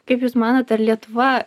kaip jūs manote ar lietuva